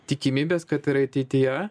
tikimybės kad ir ateityje